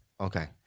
Okay